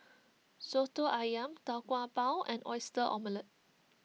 Soto Ayam Tau Kwa Pau and Oyster Omelette